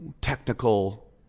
technical